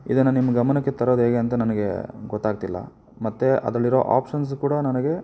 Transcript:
ಇದನ್ನು ನಿಮ್ಮ ಗಮನಕ್ಕೆ ತರೋದು ಹೇಗೆ ಅಂತ ನನಗೆ ಗೊತ್ತಾಗ್ತಿಲ್ಲ ಮತ್ತು ಅದರಲ್ಲಿರೋ ಆಪ್ಷನ್ಸು ಕೂಡ ನನಗೆ